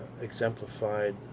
exemplified